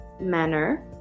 manner